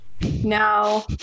now